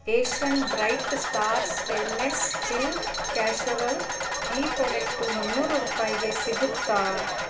Asian bright star stainless steel casserole ಈ product ಮುನ್ನೂರು ರೂಪಾಯಿಗೆ ಸಿಗುತ್ತಾ